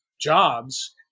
jobs